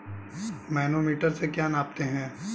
Manometer से क्या नापते हैं?